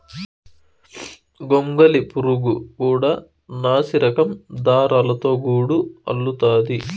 గొంగళి పురుగు కూడా నాసిరకం దారాలతో గూడు అల్లుతాది